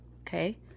okay